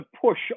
push